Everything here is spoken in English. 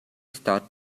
start